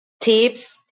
tips